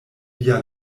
via